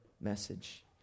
message